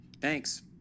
Thanks